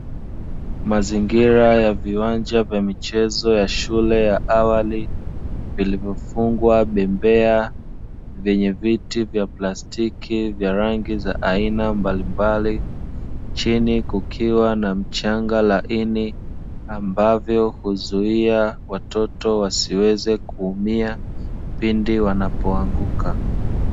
Maingira ya viwanja vya michezo ya shule ya awali, vilivyofungwa Bembea zenye Viti vya Plastiki vya rangi za aina mbalimbali, chini kukiwa na mchanga laini ambavyo huzuia watoto wasiweze kuumia pindi wanapo anguka.